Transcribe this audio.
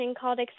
called